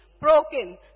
broken